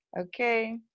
Okay